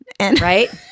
Right